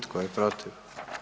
Tko je protiv?